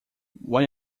when